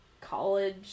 college